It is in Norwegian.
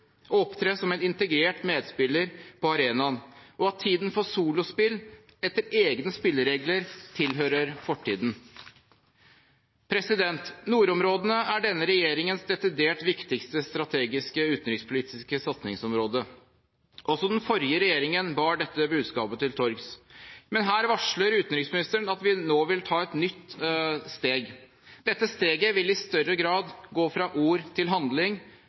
opptre som en integrert medspiller på arenaen, og at tiden for solospill etter egne spilleregler tilhører fortiden. Nordområdene er denne regjeringens desidert viktigste strategiske utenrikspolitiske satsingsområde. Også den forrige regjeringen bar dette budskapet til torgs. Men her varsler utenriksministeren at vi nå vil ta et nytt steg. Dette steget vil i større grad gå fra ord til handling